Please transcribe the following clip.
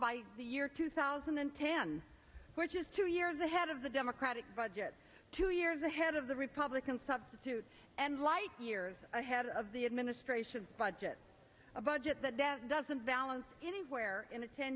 by the year two thousand and ten which is two years ahead of the democratic budget two years ahead of the republican substitute and light years ahead of the administration's budget a budget the debt doesn't balance anywhere in a ten